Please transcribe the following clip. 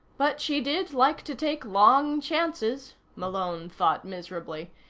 but she did like to take long chances, malone thought miserably.